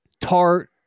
tart